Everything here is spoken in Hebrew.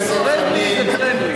friendly, זה friendly.